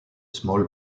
small